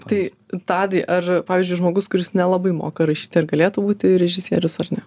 tai tadai ar pavyzdžiui žmogus kuris nelabai moka rašyti ar galėtų būti režisierius ar ne